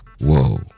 Whoa